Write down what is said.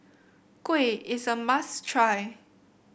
kuih is a must try